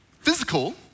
physical